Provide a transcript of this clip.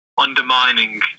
undermining